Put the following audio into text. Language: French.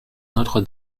notre